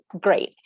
great